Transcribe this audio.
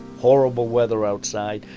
horrible weather outside.